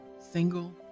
single